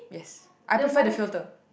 yes I prefer the filter